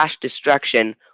destruction